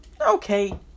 Okay